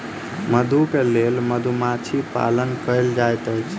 मधु के लेल मधुमाछी पालन कएल जाइत अछि